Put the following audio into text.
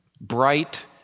bright